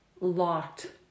locked